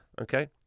okay